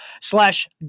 slash